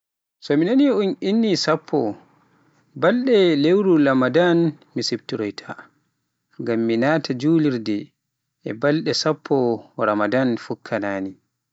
So mi nani un inni ni sappo balɗe lewru Ramadana mi siftoroyta, ngam mi naata julirde a balɗe sappo e Ramadana.